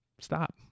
Stop